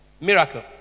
miracle